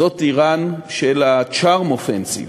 זאת איראן של ה-charm offensive,